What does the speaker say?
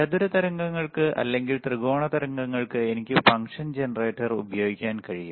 ചതുര തരംഗങ്ങൾക്ക് അല്ലെങ്കിൽ ത്രികോണ തരംഗങ്ങൾ എനിക്ക് ഫംഗ്ഷൻ ജനറേറ്റർ ഉപയോഗിക്കാൻ കഴിയും